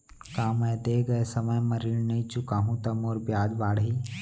का मैं दे गए समय म ऋण नई चुकाहूँ त मोर ब्याज बाड़ही?